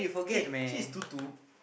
eh she is two two